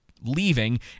leaving